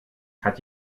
hat